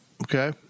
Okay